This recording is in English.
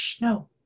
no